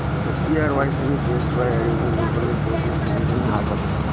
SGRY ಎನ್ನಾ JJSY ಅಡಿಯಲ್ಲಿ ನಿಬಂಧನೆಗಳ ಜೊತಿ ಸಂಯೋಜನಿ ಆಗ್ಯಾದ